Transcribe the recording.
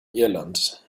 irland